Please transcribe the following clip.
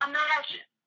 Imagine